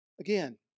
Again